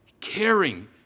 caring